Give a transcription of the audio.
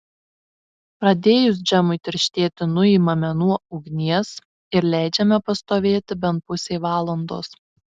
pradėjus džemui tirštėti nuimame nuo ugnies ir leidžiame pastovėti bent pusei valandos